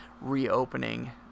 reopening